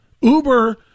Uber